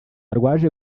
rwaje